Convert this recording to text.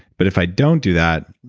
but if i don't do that,